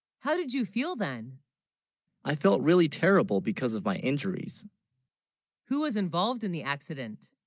how, did you feel then i felt really terrible because of my injuries who, was involved in the accident?